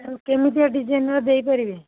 ଆଉ କେମିତିଆ ଡିଜାଇନର ଦେଇପାରିବେ